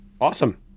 Awesome